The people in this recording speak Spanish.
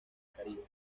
caribe